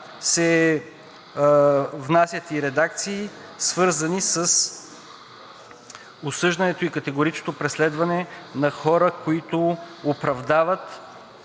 се внасят и редакции, свързани с осъждането и категоричното преследване на хора, които оправдават